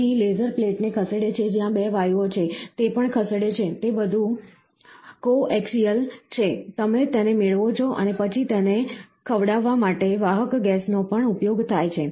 અહીં લેસર પ્લેટને ખસેડે છે જ્યાં 2 વાયુઓ છે તે પણ ખસેડે છે તે બધુ કોક્સિયલ છે તમે તેને મેળવો છો અને પછી તેને ખવડાવવા માટે વાહક ગેસનો પણ ઉપયોગ થાય છે